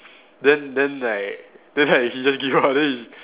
then then like then like he just give her then he